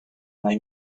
may